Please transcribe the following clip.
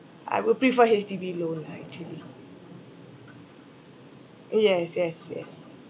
I would prefer H_D_B loan lah actually yes yes yes